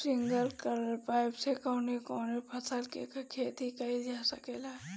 Sprinkler pipe से कवने कवने फसल क खेती कइल जा सकेला?